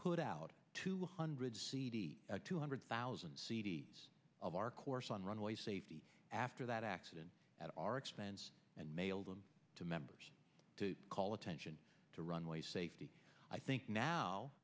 put out two hundred cd two hundred thousand c d s of our course on runway safety after that accident at our expense and mail them to members to call attention to runway safety i think now